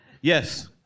Yes